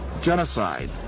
genocide